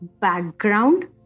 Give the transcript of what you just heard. background